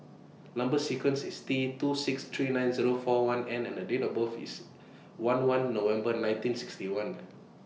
Number sequence IS T two six three nine Zero four one N and Date of birth IS one one November nineteen sixty one